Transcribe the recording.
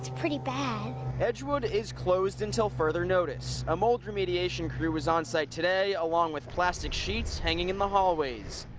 pretty bad edgewood is closed until further notice. a mold remediation crew was on site today along with plastic sheets hanging in the hallways.